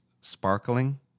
sparkling